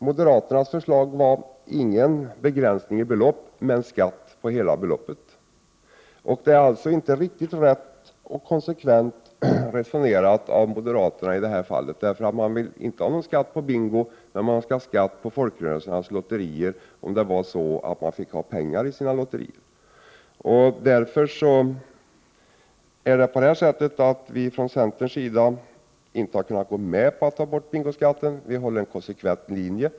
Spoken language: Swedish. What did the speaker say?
Moderaternas förslag var att man inte skulle ha någon begränsning av beloppet, men att hela beloppet däremot skulle beskattas. Det är således inte riktigt rätt och konsekvent resonerat av moderaterna i det här fallet. Man vill inte ha någon skatt på bingo, men man vill ha skatt på folkrörelsernas lotterier om de har penningvinster. Från centerns sida har vi därför inte kunnat gå med på att ta bort bingoskatten. Vi håller en konsekvent linje.